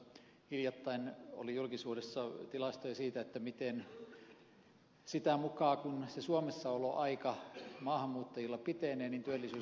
tuossa hiljattain oli julkisuudessa tilastoja siitä miten sitä mukaa kuin suomessa oloaika maahanmuuttajilla pitenee työllisyys kohenee